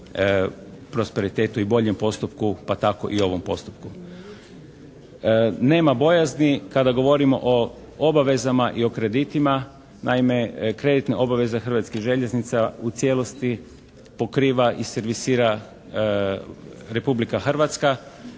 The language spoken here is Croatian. prosperitetu i boljem postupku, pa tako i ovom postupku. Nema bojazni kada govorimo o obavezama i o kreditima. Naime, kreditne obaveze Hrvatskih željeznica u cijelosti pokriva i servisira Republika Hrvatska.